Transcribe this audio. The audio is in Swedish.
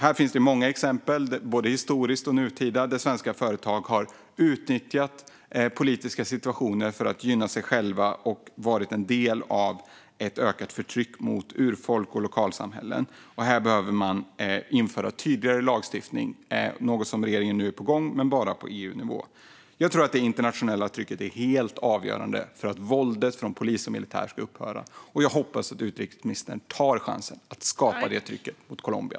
Det finns många exempel, både historiska och nutida, på hur svenska företag har utnyttjat politiska situationer för att gynna sig själva och varit en del av ett ökat förtryck mot urfolk och lokalsamhällen. Här behövs tydligare lagstiftning, och det är på gång - men bara på EU-nivå. Jag tror att det internationella trycket är helt avgörande för att våldet från polis och militär ska upphöra. Jag hoppas att utrikesministern tar chansen att skapa det trycket mot Colombia.